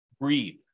breathe